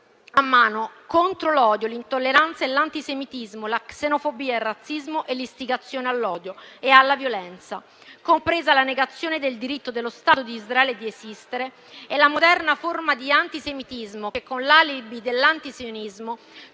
a mano, contro l'odio, l'intolleranza, l'antisemitismo, la xenofobia, il razzismo e l'istigazione all'odio e alla violenza, compresa la negazione del diritto dello Stato di Israele di esistere e la moderna forma di antisemitismo che cerca l'immunità con l'alibi dell'antisionismo.